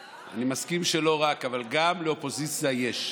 הרגע הזה שהמדינה קוראת לך, צריכה אותך, הוא רגע